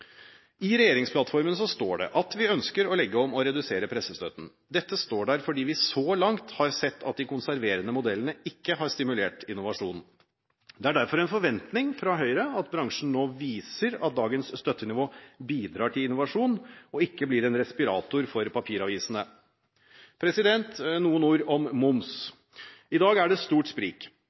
I regjeringsplattformen står det at vi ønsker å legge om og redusere pressestøtten. Dette står der fordi vi så langt har sett at de konserverende modellene ikke har stimulert innovasjon. Det er derfor en forventning fra Høyre at bransjen nå viser at dagens støttenivå bidrar til innovasjon og ikke blir en respirator for papiravisene. Noen ord om moms: I dag er det stort sprik,